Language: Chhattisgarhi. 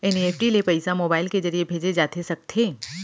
एन.ई.एफ.टी ले पइसा मोबाइल के ज़रिए भेजे जाथे सकथे?